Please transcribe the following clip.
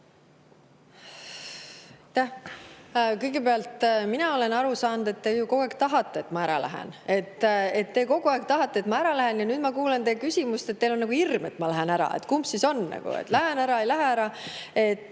Kõigepealt, mina olen aru saanud, et te ju kogu aeg tahate, et ma ära läheks. Te kogu aeg tahate, et ma ära läheks, ja nüüd ma kuulen teie küsimusest, et teil on hirm, et ma lähen ära. Kumb siis on – lähen ära, ei lähe ära?